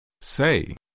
Say